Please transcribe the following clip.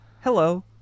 hello